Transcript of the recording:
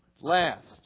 Last